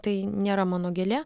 tai nėra mano gėlė